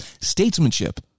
Statesmanship